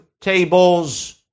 tables